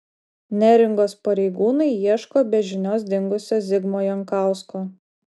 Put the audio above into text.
neringos pareigūnai ieško be žinios dingusio zigmo jankausko